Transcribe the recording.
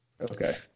Okay